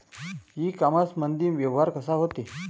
इ कामर्समंदी व्यवहार कसा होते?